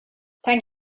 thank